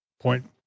point